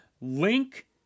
Link